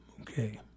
Okay